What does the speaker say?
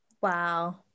Wow